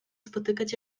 spotykać